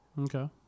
Okay